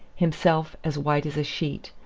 himself as white as a sheet,